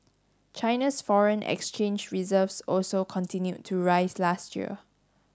China's foreign exchange reserves also continued to rise last year